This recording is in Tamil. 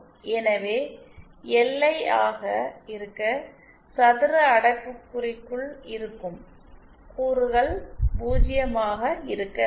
எனவே எல்ஐ 1 ஆக இருக்க சதுரஅடைப்புகுறிக்குள் இருக்கும் கூறுகள் 0 ஆக இருக்க வேண்டும்